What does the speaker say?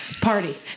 party